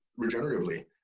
regeneratively